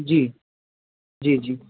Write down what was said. जी जी जी